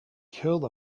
kill